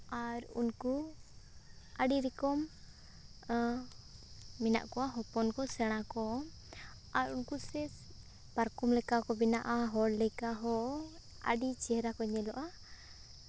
ᱟᱨ ᱩᱱᱠᱩ ᱟᱹᱰᱤ ᱨᱚᱠᱚᱢ ᱟᱨ ᱢᱮᱱᱟᱜ ᱠᱚᱣᱟ ᱦᱚᱯᱚᱱ ᱠᱚ ᱥᱮᱬᱟ ᱠᱚ ᱟᱨ ᱩᱱᱠᱩ ᱥᱮ ᱯᱟᱨᱠᱚᱢ ᱞᱮᱠᱟ ᱠᱚ ᱵᱮᱱᱟᱜᱼᱟ ᱦᱚᱲ ᱞᱮᱠᱟ ᱦᱚᱸ ᱟᱹᱰᱤ ᱪᱮᱦᱨᱟ ᱠᱚ ᱧᱮᱞᱚᱜᱼᱟ